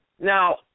Now